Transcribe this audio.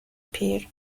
پیر